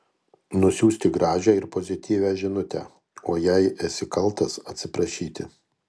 nusiųsti gražią ir pozityvią žinutę o jei esi kaltas atsiprašyti